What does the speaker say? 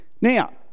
now